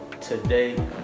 today